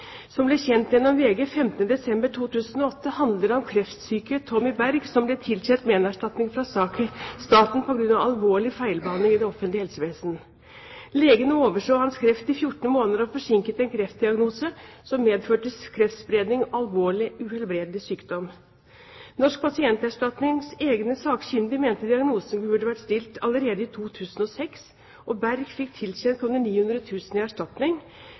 som ble kjent gjennom VG den 5. desember 2008, handler om kreftsyke Tommy Berg, som ble tilkjent menerstatning fra staten på grunn av alvorlig feilbehandling i det offentlige helsevesen. Legene overså hans kreft i 14 måneder, og en forsinket kreftdiagnose medførte kreftspredning og alvorlig, uhelbredelig sykdom. Norsk pasientskadeerstatnings egne sakkyndige mente diagnosen kunne vært stilt allerede i 2006. Berg fikk tilkjent 900 000 kr i erstatning,